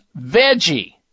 Veggie